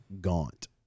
gaunt